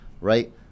right